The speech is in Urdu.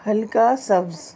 ہلکا سبز